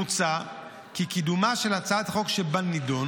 מוצע כי קידומה של הצעת החוק שבנדון